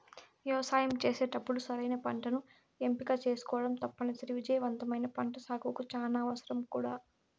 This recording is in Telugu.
వ్యవసాయం చేసేటప్పుడు సరైన పంటను ఎంపిక చేసుకోవటం తప్పనిసరి, విజయవంతమైన పంటసాగుకు చానా అవసరం కూడా